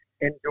enjoy